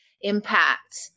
impact